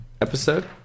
episode